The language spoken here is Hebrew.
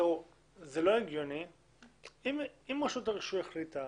אם רשות הרישוי החליטה